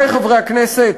עמיתי חברי הכנסת,